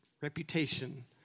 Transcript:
Reputation